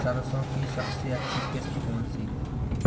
सरसो की सबसे अच्छी किश्त कौन सी है?